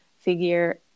figure